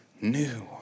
new